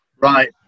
Right